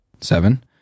Seven